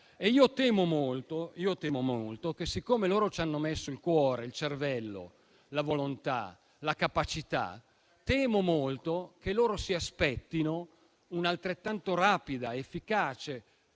al nostro fianco. Siccome ci hanno messo il cuore, il cervello, la volontà e la capacità, temo molto che si aspettino una altrettanto rapida, efficace,